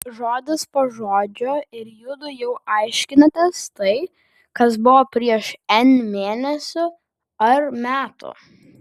žodis po žodžio ir judu jau aiškinatės tai kas buvo prieš n mėnesių ar metų